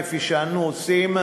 כפי שאנו עושים,